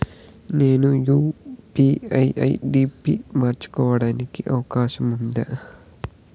నేను UPI ID పి మార్చుకోవడానికి అవకాశం ఉందా?